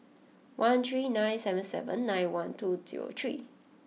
one three nine seven seven nine one two zero three